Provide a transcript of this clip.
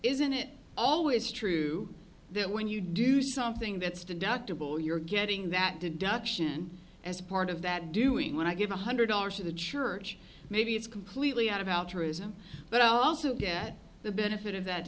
isn't it always true that when you do something that's deductible you're getting that deduction as part of that doing when i give one hundred dollars to the church maybe it's completely out of altruism but i also get the benefit of that